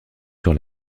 sur